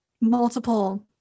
multiple